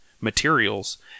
materials